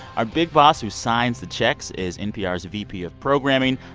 our big boss who signs the checks is npr's vp of programming,